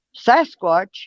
Sasquatch